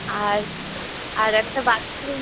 আর আর একটা বাথরুম